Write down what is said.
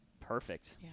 Perfect